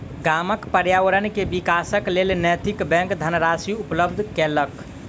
गामक पर्यावरण के विकासक लेल नैतिक बैंक धनराशि उपलब्ध केलक